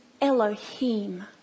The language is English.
Elohim